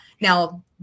Now